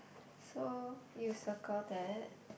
so you circle that